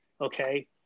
Okay